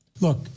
Look